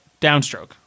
downstroke